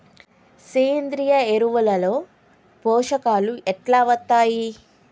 సేంద్రీయ ఎరువుల లో పోషకాలు ఎట్లా వత్తయ్?